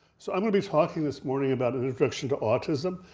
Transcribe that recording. so i'm gonna be talking this morning about an introduction to autism.